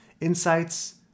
Insights